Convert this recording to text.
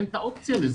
אין את האופציה לזום,